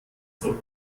soll